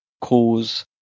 cause